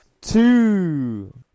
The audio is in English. Two